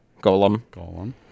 Golem